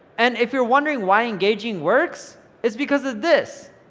and if you're wondering why engaging works, it's because of this.